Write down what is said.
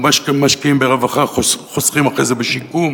ומה שמשקיעים ברווחה חוסכים אחרי זה בשיקום.